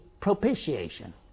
propitiation